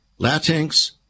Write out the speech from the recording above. Latinx